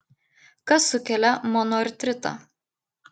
kas sukelia monoartritą